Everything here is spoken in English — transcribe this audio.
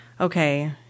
Okay